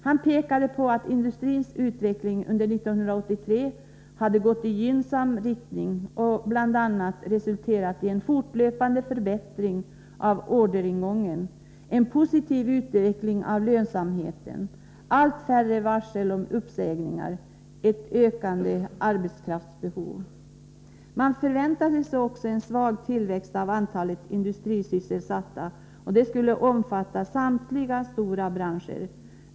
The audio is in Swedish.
Han pekade på att industrins utveckling under 1983 hade gått i gynnsam riktning och bl.a. resulterat i en fortlöpande förbättring av orderingången, en positiv utveckling av lönsamheten, allt färre varsel om uppsägningar samt ett ökande arbetskraftsbehov. Man förväntade sig en svag tillväxt av antalet industrisysselsatta, och att detta skulle omfatta samtliga stora branscher.